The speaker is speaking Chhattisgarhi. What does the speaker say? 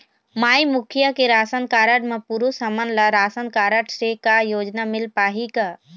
माई मुखिया के राशन कारड म पुरुष हमन ला रासनकारड से का योजना मिल पाही का?